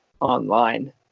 online